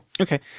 Okay